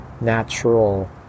natural